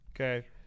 okay